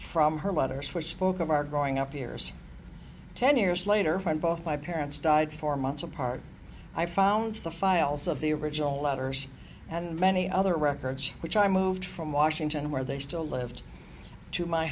from her letters for spoke of our growing up years ten years later when both my parents died four months apart i found the files of the original letters and many other records which i moved from washington where they still lived to my